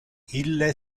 ille